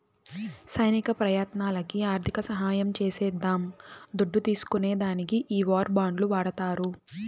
సైనిక ప్రయత్నాలకి ఆర్థిక సహాయం చేసేద్దాం దుడ్డు తీస్కునే దానికి ఈ వార్ బాండ్లు వాడతారు